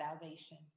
salvation